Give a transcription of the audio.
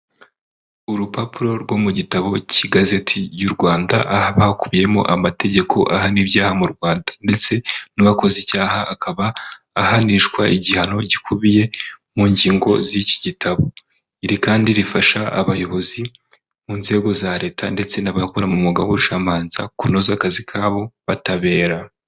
Urupapuro rwo mu gitabo cy'igazeti y'u Rwanda, aho haba hakubiyemo amategeko ahana ibyaha mu Rwanda, ndetse n'uwakoze icyaha akaba ahanishwa igihano gikubiye mu ngingo z'iki gitabo, iri kandi rifasha abayobozi mu nzego za leta, ndetse n'abakora mu mwuga w'ubucamanza kunoza akazi kabo batabera.